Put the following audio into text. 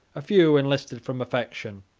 a few enlisted from affection,